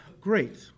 great